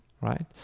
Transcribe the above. right